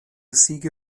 siege